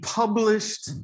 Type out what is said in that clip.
published